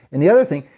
and the other thing,